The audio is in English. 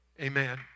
Amen